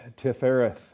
Tifereth